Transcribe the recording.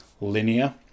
linear